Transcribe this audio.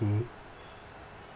mmhmm